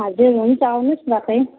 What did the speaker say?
हजुर हुन्छ आउनुहोस् न तपाईँ